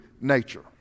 nature